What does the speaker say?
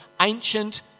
ancient